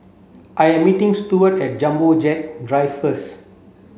I am meeting Steward at Jumbo Jet Drive first